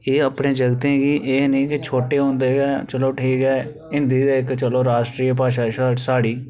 एह् अपने जगतें गी एह् निं कि छोटे होंदे गै हिंदी ते चलो राश्ट्र भाशा ऐ साढ़ी